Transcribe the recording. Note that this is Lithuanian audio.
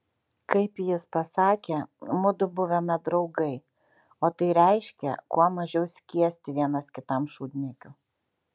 kaip jis pasakė mudu buvome draugai o tai reiškė kuo mažiau skiesti vienas kitam šūdniekių